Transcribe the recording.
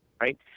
right